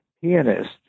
pianist